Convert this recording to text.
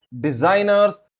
designers